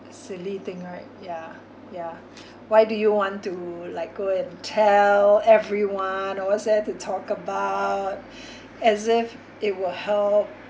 silly thing right ya ya why do you want to like go and tell everyone or what's there to talk about as if it will help